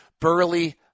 Burley